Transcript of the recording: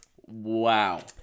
Wow